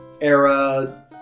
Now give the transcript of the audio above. era